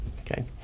Okay